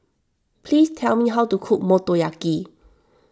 please tell me how to cook Motoyaki